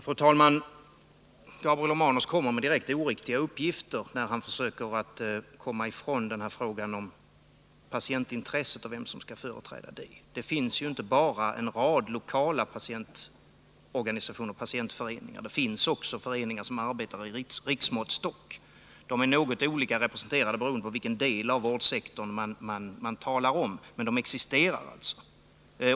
Fru talman! Gabriel Romanus lämnar direkt oriktiga uppgifter när han nu försöker komma ifrån frågan om patientintresset och vem som skall företräda detta. Det finns ju inte bara en rad lokala patientorganisationer och patientföreningar, utan det finns också föreningar som arbetar med riksmåttstock. De är något olika representerade, beroende på vilken del av vårdsektorn det är fråga om, men de existerar ändå.